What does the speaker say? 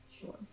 Sure